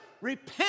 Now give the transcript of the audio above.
Repent